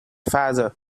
father